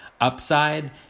upside